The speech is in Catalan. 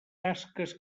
tasques